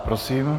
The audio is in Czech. Prosím.